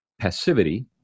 passivity